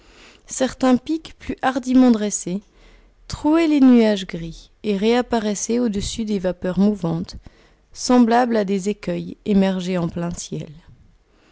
certains pics plus hardiment dressés trouaient les nuages gris et réapparaissaient au-dessus des vapeurs mouvantes semblables à des écueils émergés en plein ciel